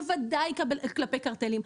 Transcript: בוודאי כלפי קרטלים,